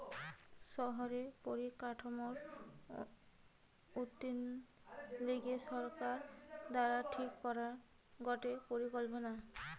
শহরের পরিকাঠামোর উন্নতির লিগে সরকার দ্বারা ঠিক করা গটে পরিকল্পনা